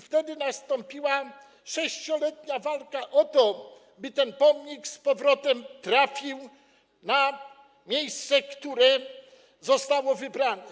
Wtedy nastąpiła 6-letnia walka o to, by ten pomnik z powrotem trafił na miejsce, które zostało wybrane.